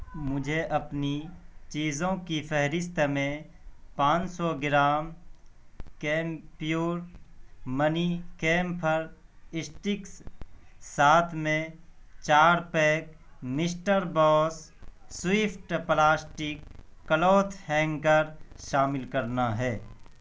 مجھے اپنی چیزوں کی فہرست میں پانچ سو gram Camphure mini camphor sticks ساتھ میں چار pack Mr boss swift plastic cloth hanger شامل کرنا ہے